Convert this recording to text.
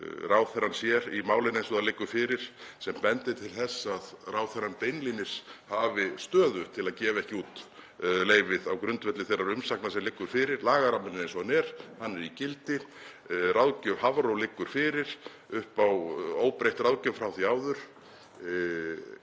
ráðherrann sér í málinu eins og það liggur fyrir sem bendir til þess að ráðherrann hafi beinlínis stöðu til að gefa ekki út leyfi á grundvelli þeirrar umsagnar sem liggur fyrir? Lagaramminn er eins og hann er. Hann er í gildi. Ráðgjöf Hafró liggur fyrir, óbreytt ráðgjöf frá því sem